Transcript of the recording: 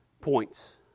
points